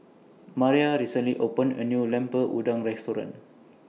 Maria recently opened A New Lemper Udang Restaurant